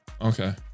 okay